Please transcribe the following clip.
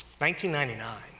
1999